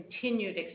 continued